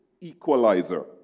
equalizer